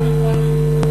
זה מדבר יהודה,